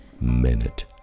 minute